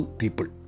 people